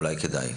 אולי כדאי.